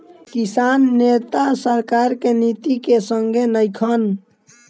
किसान नेता सरकार के नीति के संघे नइखन